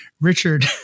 Richard